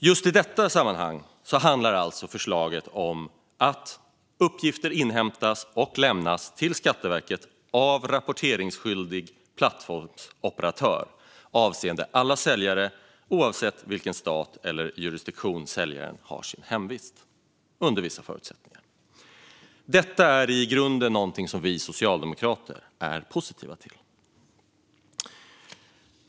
Just i detta sammanhang handlar alltså förslaget om att uppgifter inhämtas och lämnas till Skatteverket av rapporteringsskyldig plattsformsoperatör avseende alla säljare, oavsett i vilken stat eller jurisdiktion säljaren har sin hemvist, under vissa förutsättningar. Detta är i grunden något som vi socialdemokrater är positiva till.